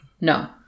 No